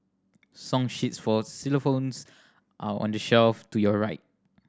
song sheets for xylophones are on the shelf to your right